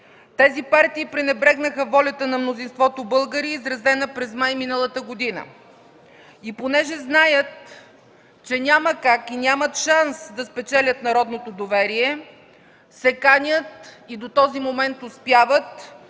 „Тези партии пренебрегнаха волята на мнозинството българи, изразена през май миналата година. И понеже знаят, че няма как и нямат шанс да спечелят народното доверие, се канят – и до този момент успяват,